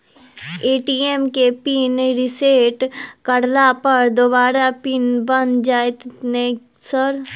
ATM केँ pin reset करला पर दोबारा पिन बन जाइत नै सर?